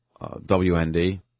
WND